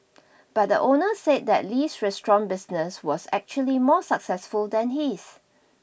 but the owner said that Li's restaurant business was actually more successful than his